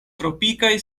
tropikaj